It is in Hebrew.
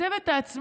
לתקצב את העצמאים,